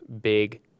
big